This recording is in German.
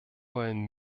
wollen